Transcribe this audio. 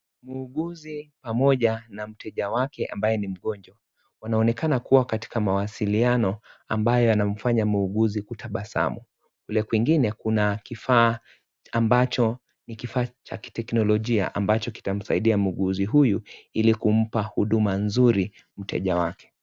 Muuguzi pamoja na mteja wake ambaye ni mgonjwa wanaonekana kuwa katika mawasiliano ambayo yanamfanya muuguzi kutabasamu , kule kwingine kuna kifaa ambacho ni kifaa cha kiteknolojia ambacho kitamsaidia muuguzi huyu ili kumpa huduma nzuri mteja wake.